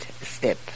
step